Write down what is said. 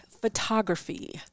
photography